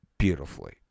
Beautifully